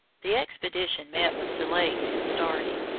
the expedition met with delays in starting.